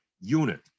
unit